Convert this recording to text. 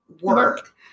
work